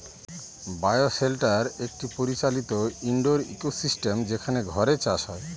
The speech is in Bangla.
বায় শেল্টার একটি পরিচালিত ইনডোর ইকোসিস্টেম যেখানে ঘরে চাষ হয়